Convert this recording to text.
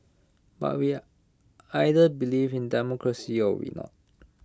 but we are either believe in democracy or we not